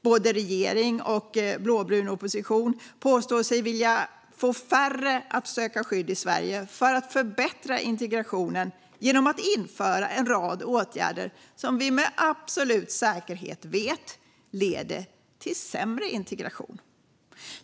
Både regering och blåbrun opposition påstår sig vilja få färre att söka skydd i Sverige för att förbättra integrationen genom att införa en rad åtgärder som vi med absolut säkerhet vet leder till sämre integration.